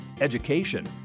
education